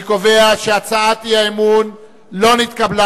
אני קובע שהצעת האי-אמון לא נתקבלה,